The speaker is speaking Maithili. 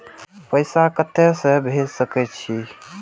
पैसा कते से भेज सके छिए?